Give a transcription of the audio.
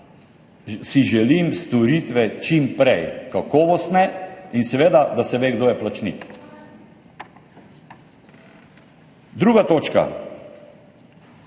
si želim storitve čim prej, kakovostne in seveda, da se ve, kdo je plačnik. Druga točka.